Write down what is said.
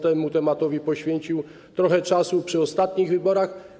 Temu tematowi poświęcił trochę czasu przy ostatnich wyborach.